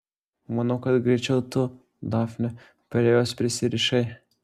manau kad greičiau tu dafne prie jos prisirišai